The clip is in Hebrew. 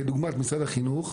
כדוגמת משרד החינוך.